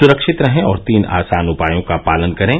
सुरक्षित रहें और तीन आसान उपायों का पालन करें